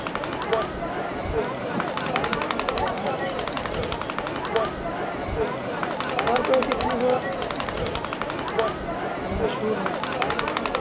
اچھا جی اور کوئی ایسی چیز ہو جو مشہور ہو